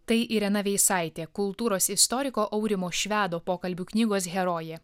tai irena veisaitė kultūros istoriko aurimo švedo pokalbių knygos herojė